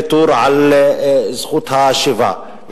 ויתור על זכות השיבה,